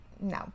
No